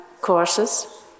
courses